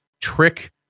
trick